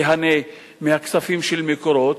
תיהנה מהכספים של "מקורות",